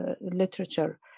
literature